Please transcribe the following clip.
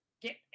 Get